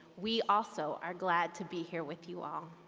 we also are glad to be here with you all.